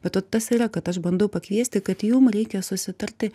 bet vat tas yra kad aš bandau pakviesti kad jum reikia susitarti